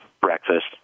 breakfast